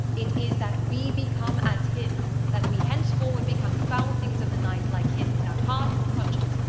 it is that we become as him that we henceforward become foul things of the night like him without heart or conscience,